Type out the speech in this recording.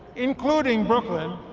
including brooklyn